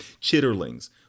chitterlings